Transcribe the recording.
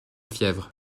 fièvre